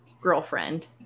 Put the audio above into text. girlfriend